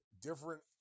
different